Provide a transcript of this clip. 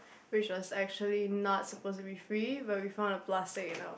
which was actually not supposed to be free but we found a plastic in our